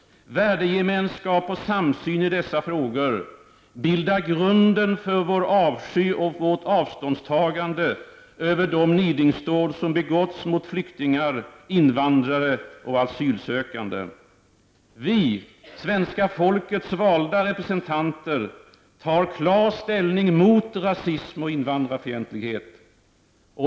Värdegemenskap och samsyn i dessa frågor bildar grunden för vår avsky och vårt avståndstagande över de nidingsdåd som begåtts mot flyktingar, invandrare och asylsökande. Vi — svenska folkets valda representanter — tar klar ställning mot rasism och invandrarfientlighet.